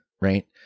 right